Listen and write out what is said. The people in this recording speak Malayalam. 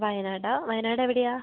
വായനാടോ വയനാട് എവിടെയാണ്